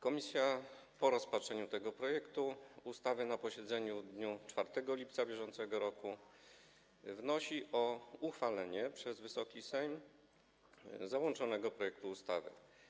Komisja po rozpatrzeniu tego projektu ustawy na posiedzeniu w dniu 4 lipca br. wnosi o uchwalenie przez Wysoki Sejm załączonego projektu ustawy.